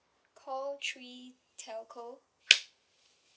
call three telco